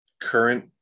current